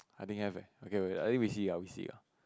I think have eh okay we I think we see ah we see ah